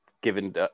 given